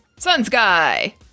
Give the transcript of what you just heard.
SunSky